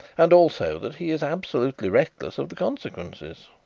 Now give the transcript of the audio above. and also that he is absolutely reckless of the consequences.